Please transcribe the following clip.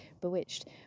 Bewitched